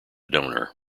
donor